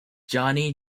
johnny